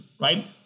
right